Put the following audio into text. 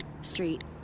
street